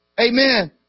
amen